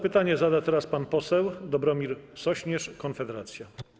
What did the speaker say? Pytanie zada teraz pan poseł Dobromir Sośnierz, Konfederacja.